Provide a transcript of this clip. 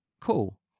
cool